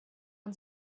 man